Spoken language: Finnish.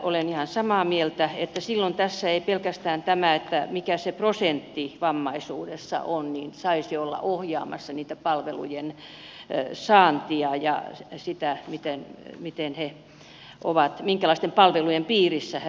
olen ihan samaa mieltä että silloin tässä ei pelkästään tämä mikä se prosentti vammaisuudessa on saisi olla ohjaamassa niiden palvelujen saantia ja sitä minkälaisten palvelujen piirissä he ovat